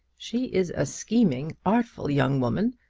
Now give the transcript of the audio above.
she is a scheming, artful young woman,